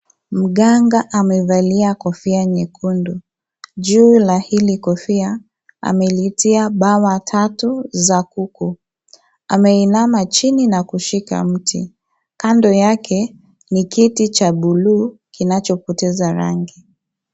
Mkanga amevalia kofia nyekundu ,juu la hili Kofia amelitia bawa tatu za kuku. Ameinama chini na kushika mti, Kando yake ni kiti cha bluu kinachopoteza rangi.